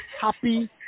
happy